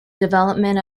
development